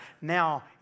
Now